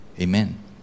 Amen